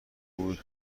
بود